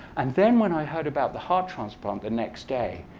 and then when i heard about the heart transplant the next day,